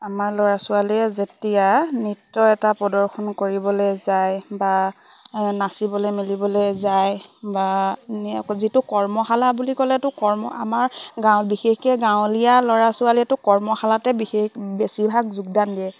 আমাৰ ল'ৰা ছোৱালীয়ে যেতিয়া নৃত্য এটা প্ৰদৰ্শন কৰিবলে যায় বা নাচিবলে মেলিবলে যায় বাকৌ যিটো কৰ্মশালা বুলি ক'লেতো কৰ্ম আমাৰ গাঁ বিশেষকে গাঁৱলীয়া ল'ৰা ছোৱালীয়েটোো কৰ্মশালাতে বিশেষ বেছিভাগ যোগদান দিয়ে